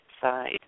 side